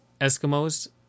Eskimos